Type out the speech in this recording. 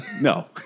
No